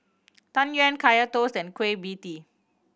Tang Yuen Kaya Toast and Kueh Pie Tee